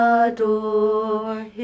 adore